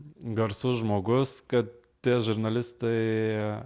garsus žmogus kad tie žurnalistai